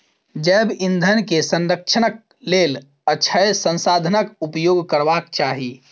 जैव ईंधन के संरक्षणक लेल अक्षय संसाधनाक उपयोग करबाक चाही